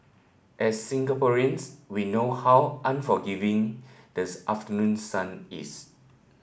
as Singaporeans we know how unforgiving this afternoon sun is